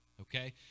okay